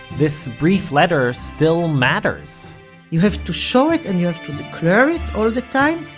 this brief letter still matters you have to show it, and you have to declare it all the time,